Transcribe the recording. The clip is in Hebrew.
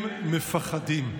הם מפחדים.